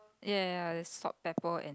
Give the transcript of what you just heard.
ya ya ya there's salt pepper and